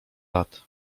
lat